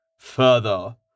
Further